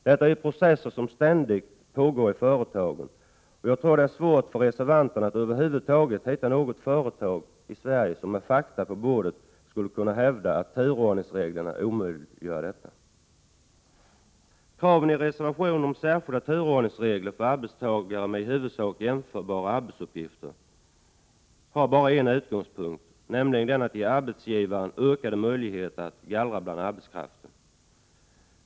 Detta är processer som ständigt pågår i företagen, och jag tror att det är svårt för reservanterna att över huvud taget hitta något företag i Sverige, som med fakta på bordet skulle kunna hävda att turordningsreglerna omöjliggör detta. Kraven i reservationen om särskilda turordningsregler för arbetstagare med i huvudsak jämförbara arbetsuppgifter har bara en utgångspunkt, nämligen den att ge arbetsgivaren ökade möjligheter att gallra bland arbetskraften.